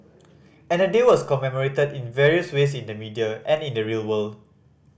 and the day was commemorated in various ways in the media and in the real world